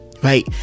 Right